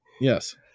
Yes